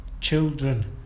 children